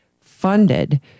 funded